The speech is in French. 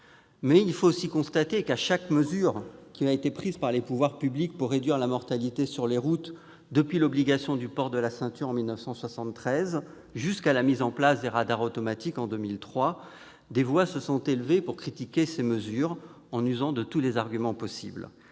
Il faut toutefois constater que, à chaque mesure prise par les pouvoirs publics pour réduire la mortalité sur les routes, depuis l'obligation du port de la ceinture de sécurité en 1973 à la mise en place des radars automatiques en 2003, des voix se sont élevées pour critiquer en usant de tous les arguments possibles.